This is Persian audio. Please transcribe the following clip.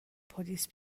پلیس